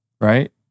right